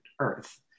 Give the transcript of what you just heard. Earth